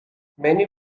many